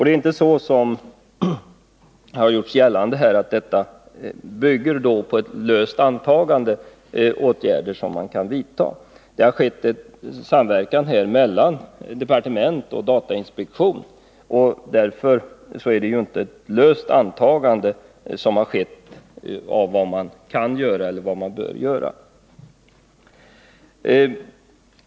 Det är inte så, som det har gjorts gällande här, att bedömningen av vilka åtgärder man kan eller bör vidta på det här området bygger på något löst antagande, utan det har skett en samverkan mellan departementet och datainspektionen.